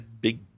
big